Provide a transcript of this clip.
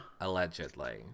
Allegedly